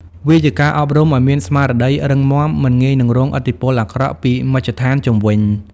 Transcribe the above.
វាជាការអប់រំឱ្យមានស្មារតីរឹងមាំ មិនងាយនឹងរងឥទ្ធិពលអាក្រក់ពីមជ្ឈដ្ឋានជុំវិញ។